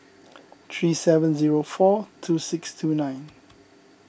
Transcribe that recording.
three seven zero four two six two nine